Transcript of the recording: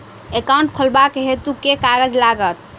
Account खोलाबक हेतु केँ कागज लागत?